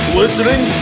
listening